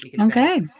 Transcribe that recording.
okay